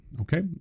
Okay